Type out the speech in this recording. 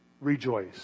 Rejoice